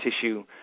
tissue